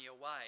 away